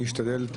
אשתדל,